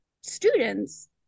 students